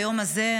ביום הזה,